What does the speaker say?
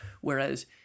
Whereas